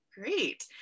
Great